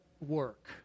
work